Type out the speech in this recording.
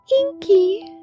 Inky